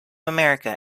america